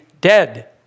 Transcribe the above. dead